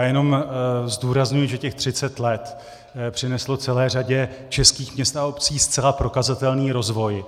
Jenom zdůrazňuji, že těch 30 let přineslo celé řadě českých měst a obcí zcela prokazatelný rozvoj.